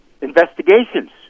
investigations